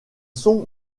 sont